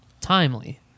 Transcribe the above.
timely